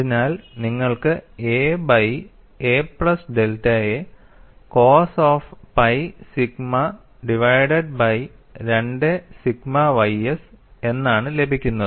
അതിനാൽ നിങ്ങൾക്ക് a by a plus ഡെൽറ്റയെ cos of pi sigma divided by 2 sigma ys എന്നാണ് ലഭിക്കുന്നത്